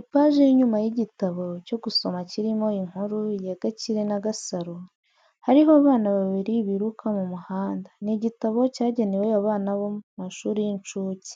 Ipaji y'inyuma y'igitabo cyo gusoma kirimo inkuru ya Gakire na Gasaro, hariho abana babiri biruka mu muhanda, ni igitabo cyagenewe abana bomu mashuri y'insuke.